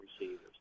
receivers